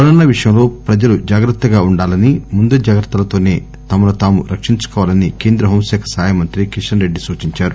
corona విషయంలో ప్రజలు జాగ్రత్తగా వుండాలని ముందు జాగ్రత్తలతోనే తమను తాము రక్షించుకోవాలని కేంద్ర హోంశాఖ సహాయమంత్రి కిషస్ రెడ్లి సూచించారు